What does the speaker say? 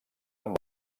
amb